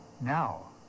Now